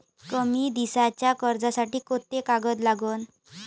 कमी दिसाच्या कर्जासाठी कोंते कागद लागन?